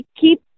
keep